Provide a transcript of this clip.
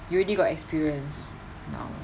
you already got experience now